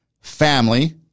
family